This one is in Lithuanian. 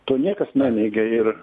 to niekas neneigia ir